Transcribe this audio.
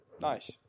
Nice